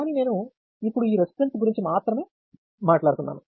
కానీ నేను ఇప్పుడు ఈ రెసిస్టన్స్ గురించి మాత్రమే మాట్లాడుతున్నాను